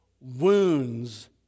Wounds